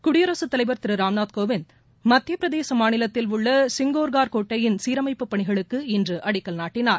குடியரசுத்தலைவர் திரு ராம்நாத் கோவிந்த் மத்திய பிரதேச மாநிலத்தில் உள்ள சிங்கோகர் கோட்டையின் சீரமைப்பு பணிகளுக்கு இன்று அடிக்கல் நாட்டினார்